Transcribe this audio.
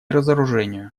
разоружению